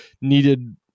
needed